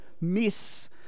miss